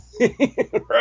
Right